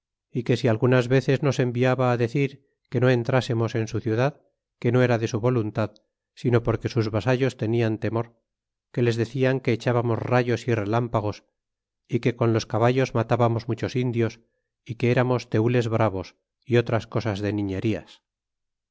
é que si algunas veces nos enviaba á decir que no entrásemos en su ciudad que no era de su voluntad sino porque sus vasallos tenian temor que les decian que echábamos rayos é relámpagos é con los caballos matábamos muchos indios é que eramos teules bravos é otras cosas de niñerías